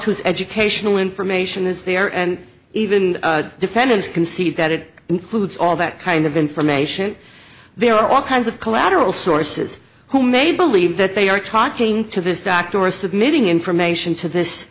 whose educational information is there and even defendants can see that it includes all that kind of information there are all kinds of collateral sources who may believe that they are talking to this doctor or submitting information to this